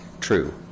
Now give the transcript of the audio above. true